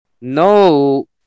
No